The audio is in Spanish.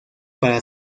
para